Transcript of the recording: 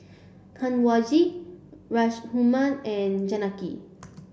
Kanwaljit Raghuram and Janaki